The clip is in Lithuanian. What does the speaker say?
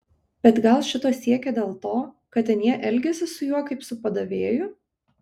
bet gal šito siekė dėl to kad anie elgėsi su juo kaip su padavėju